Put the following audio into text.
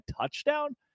touchdown